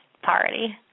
party